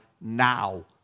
now